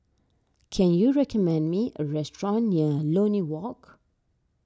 can you recommend me a restaurant near Lornie Walk